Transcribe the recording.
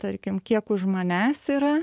tarkim kiek už manęs yra